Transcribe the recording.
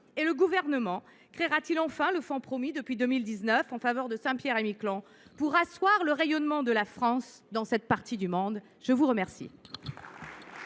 ? Le Gouvernement créera t il enfin le fonds promis depuis 2019 en faveur de Saint Pierre et Miquelon pour asseoir le rayonnement de la France dans cette partie du monde ? La parole